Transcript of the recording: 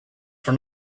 for